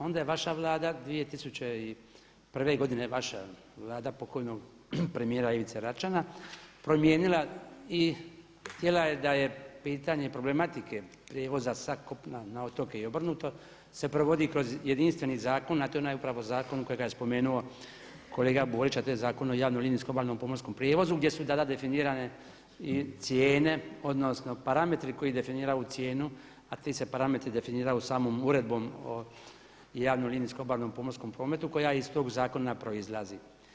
Onda je vaša Vlada 2001. godine vaša Vlada pokojnog premijera Ivice Račana promijenila i htjela je da je pitanje problematike prijevoza sa kopna na otoke i obrnuto se provodi kroz jedinstveni zakon a to je onaj upravo zakon kojega je spomenuo kolega Borić a to je Zakon o javno linijskom obalnom pomorskom prijevozu gdje su tada definirane i cijene odnosno parametri koji definiraju cijenu a ti se parametri definiraju samom Uredbom o javnom linijskom obalnom pomorskom prometu koja iz tog zakona proizlazi.